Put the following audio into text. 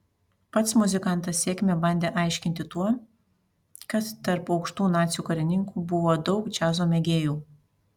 pats muzikantas sėkmę bandė aiškinti tuo kad tarp aukštų nacių karininkų buvo daug džiazo mėgėjų